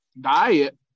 Diet